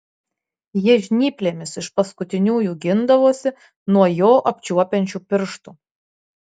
jie žnyplėmis iš paskutiniųjų gindavosi nuo jo apčiuopiančių pirštų